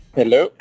hello